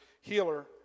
Healer